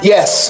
Yes